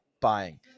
buying